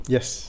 Yes